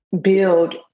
build